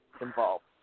involved